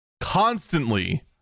constantly